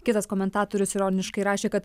kitas komentatorius ironiškai rašė kad